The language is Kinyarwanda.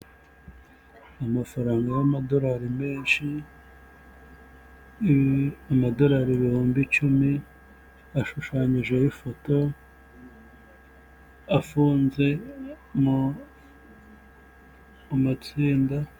Urujya ni uruza rw'abantu bari kwamamaza umukandida mu matora y'umukuru w'igihugu bakaba barimo abagabo ndetse n'abagore, bakaba biganjemo abantu bambaye imyenda y'ibara ry'icyatsi, bari mu ma tente arimo amabara y'umweru, icyatsi n'umuhondo, bamwe bakaba bafite ibyapa biriho ifoto y'umugabo wambaye kositime byanditseho ngo tora, bakaba bacyikijwe n'ibiti byinshi ku musozi.